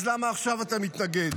אז למה עכשיו אתה מתנגד?